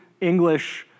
English